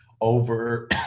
over